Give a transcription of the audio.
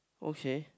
okay